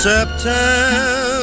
September